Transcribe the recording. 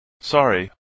Sorry